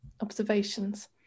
observations